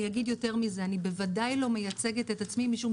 אגיד יותר מזה: אני בוודאי לא מייצגת את עצמי משום